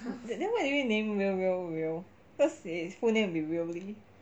then what are you going name rio rio rio cause his full name be rio lee